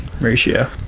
ratio